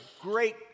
great